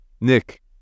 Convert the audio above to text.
Nick